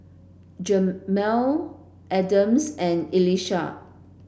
Jermey Adams and Elisha